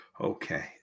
okay